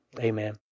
Amen